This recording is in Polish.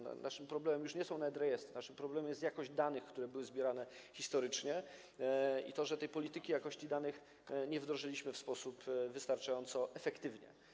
Naszym problemem już nie są nawet rejestry, naszym problemem jest jakość danych, które były zbierane historycznie, i to, że polityki jakości danych nie wdrożyliśmy w sposób wystarczająco efektywny.